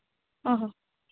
ᱚ ᱦᱚ